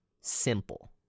simple